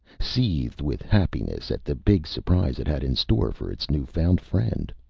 seethed with happiness at the big surprise it had in store for its new-found friend.